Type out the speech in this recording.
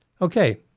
Okay